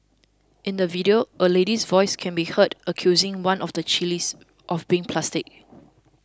in the video a lady's voice can be heard accusing one of the chillies of being plastic